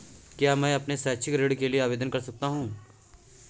क्या मैं अपने शैक्षिक ऋण के लिए आवेदन कर सकता हूँ?